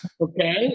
okay